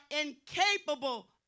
incapable